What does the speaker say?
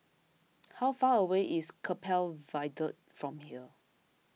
how far away is Keppel Viaduct from here